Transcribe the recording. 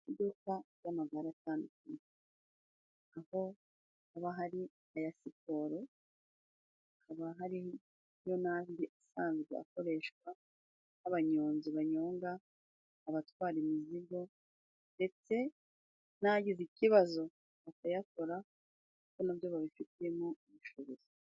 Mu iduka ry'amagare atandukanye aho haba hari aya siporo, hakaba hari n'andi asanzwe akoreshwa n'abanyonzi banyonga, abatwara imizigo, ndetse n'agize ikibazo bakayakora kuko na byo babifitiye ubushobozi.